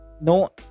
no